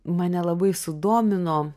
mane labai sudomino